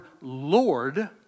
Lord